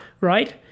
Right